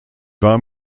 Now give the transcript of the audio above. war